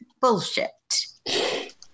bullshit